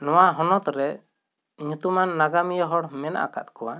ᱱᱚᱣᱟ ᱦᱚᱱᱚᱛ ᱨᱮ ᱧᱩᱛᱩᱢᱟᱱ ᱱᱟᱜᱟᱢᱤᱭᱟᱹ ᱦᱚᱲ ᱦᱚᱸ ᱢᱮᱱᱟᱜ ᱟᱠᱟᱫ ᱠᱚᱣᱟ